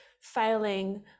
failing